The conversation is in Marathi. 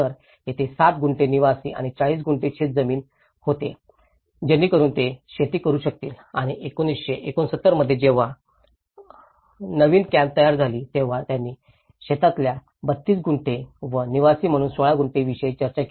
तर तेथे 6 गुंठे निवासी आणि 40 गुंठे शेतजमीन होते जेणेकरून ते शेती करू शकतील आणि 1969 मध्ये जेव्हा नवीन कॅम्प तयार झाली तेव्हा त्यांनी शेतातल्या 32 गुंठे व निवासी म्हणून 16 गुंठे विषयी चर्चा केली